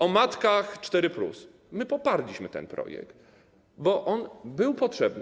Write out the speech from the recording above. O matkach 4+ - my poparliśmy ten projekt, bo on był potrzebny.